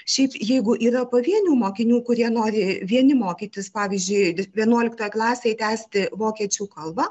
šiaip jeigu yra pavienių mokinių kurie nori vieni mokytis pavyzdžiui vienuoliktoje klasėj tęsti vokiečių kalbą